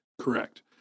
Correct